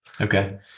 Okay